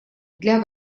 для